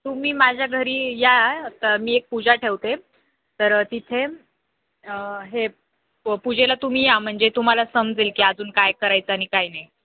तुम्ही माझ्या घरी या ता मी एक पूजा ठेवते तर तिथे हे प पूजेला तुम्ही या म्हणजे तुम्हाला समजेल की अजून काय करायचं आणि काय नाही